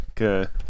Okay